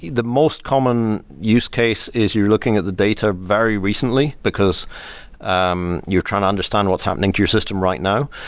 the most common use case is you're looking at the data very recently, because um you're trying to understand what's happening to your system right now.